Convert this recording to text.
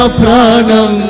pranam